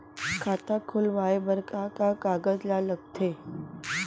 खाता खोलवाये बर का का कागज ल लगथे?